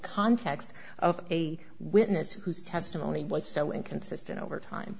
context of a witness whose testimony was so inconsistent over time